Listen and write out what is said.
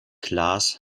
klaas